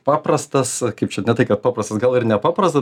paprastas kaip čia ne tai kad paprastas gal ir nepaprastas